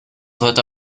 sollte